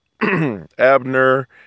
abner